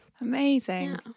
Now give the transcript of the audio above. Amazing